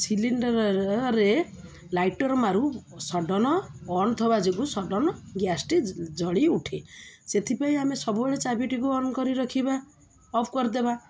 ସିଲିଣ୍ଡରରେ lighter ମାରୁ sudden on ଥିବା ଯୋଗୁଁ ସଡେନ୍ ଗ୍ୟାସ୍ଟି ଜଳି ଉଠେ ସେଥିପାଇଁ ଆମେ ସବୁବେଳେ ଚାବିଟିକୁ ଅନ୍ କରି ରଖିବା ଅଫ୍ କରିଦେବା